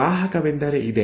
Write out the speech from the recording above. ವಾಹಕವೆಂದರೆ ಇದೇ